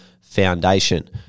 Foundation